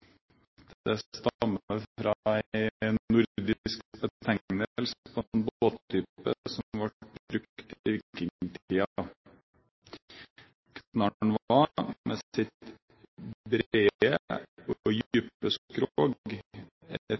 fra en nordisk betegnelse på en båttype som ble brukt i vikingtiden. Knarren var,